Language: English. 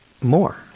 more